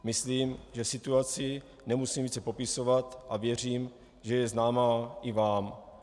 Myslím, že situaci nemusím více popisovat, a věřím, že je známá i vám.